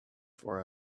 for